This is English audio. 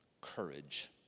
courage